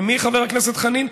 למי, חבר הכנסת חנין?